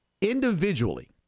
Individually